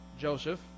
Joseph